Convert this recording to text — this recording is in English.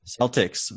Celtics